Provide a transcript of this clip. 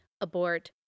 abort